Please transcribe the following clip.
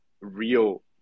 real